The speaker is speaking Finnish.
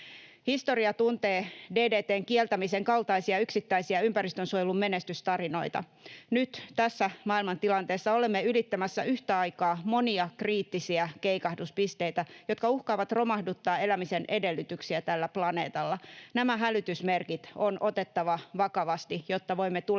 Historia tuntee DDT:n kieltämisen kaltaisia yksittäisiä ympäristönsuojelun menestystarinoita. Nyt tässä maailmantilanteessa olemme ylittämässä yhtä aikaa monia kriittisiä keikahduspisteitä, jotka uhkaavat romahduttaa elämisen edellytyksiä tällä planeetalla. Nämä hälytysmerkit on otettava vakavasti, jotta voimme tulevaisuudessa